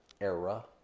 era